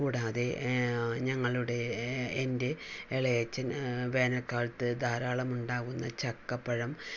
കൂടാതെ ഞങ്ങളുടെ എൻ്റെ ഇളയച്ഛൻ വേനൽക്കാലത്ത് ധാരാളം ഉണ്ടാകുന്ന ചക്കപ്പഴം